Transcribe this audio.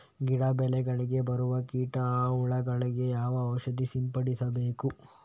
ಗಿಡ, ಬೆಳೆಗಳಿಗೆ ಬರುವ ಕೀಟ, ಹುಳಗಳಿಗೆ ಯಾವ ಔಷಧ ಸಿಂಪಡಿಸಬೇಕು?